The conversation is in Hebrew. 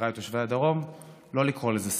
לחבריי תושבי הדרום, לא לקרוא לזה סבב,